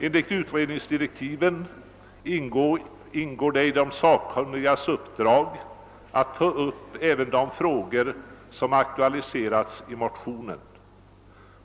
Enligt utredningsdirektiven ingår det i de sakkunnigas uppdrag att ta upp även de spörsmål som aktualiserats i motionerna.